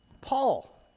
Paul